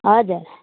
हजुर